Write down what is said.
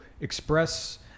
express